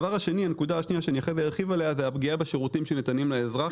הנקודה השנייה שאני ארחיב עליה היא הפגיעה בשירותים שנותנים לאזרח.